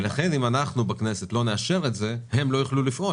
לכן אם אנחנו בכנסת לא נאשר את זה הם לא יוכלו לפעול.